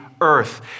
earth